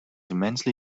immensely